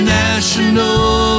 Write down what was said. national